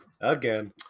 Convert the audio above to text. again